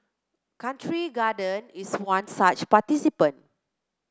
Country Garden is one such participant